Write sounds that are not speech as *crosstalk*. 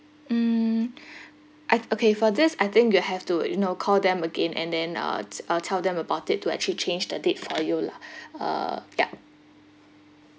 mm *breath* I okay for this I think you have to you know call them again and then uh te~ uh tell them about it to actually change the date for you lah *breath* uh ya